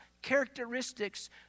characteristics